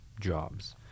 jobs